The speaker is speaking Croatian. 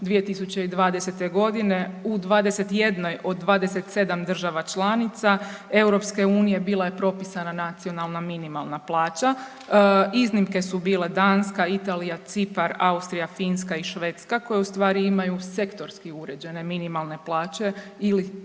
2020. godine u 21 od 27 država članica EU bila je propisana nacionalna minimalna plaća. Iznimke su bile Danska, Italija, Cipar, Austrija, Finska i Švedska koje u stvari imaju sektorski uređene minimalne plaće ili